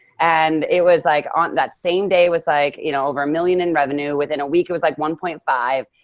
and it was like on that same day was like, you know, over a million in revenue within a week. it was like one point five.